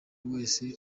wese